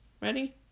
Ready